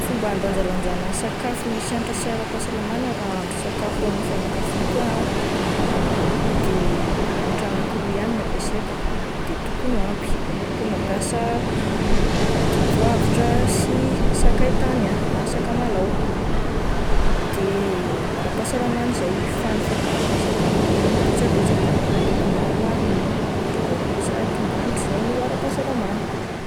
Fomba handanjalanja ny sakafo misy hanitra sy aram-pahasalamana raha ahandro sakafo hoan'ny fianakaviako aho ah, de hanitra ankiroa ihany no ampiasaiko de tokony ho ampy, ohatra hoe mampiasa dipoavatra sy sakay tany aho na sakamalaho, de aram-pahasalamana izay fa ny fangaron'ilay sakafo no ataoko betsabetsaka, ataoko maromaro loko de sady manitra izay no aram-pahasalamana.